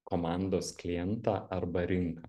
komandos klientą arba rinką